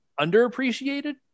underappreciated